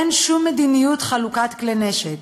אין שום מדיניות חלוקת כלי נשק,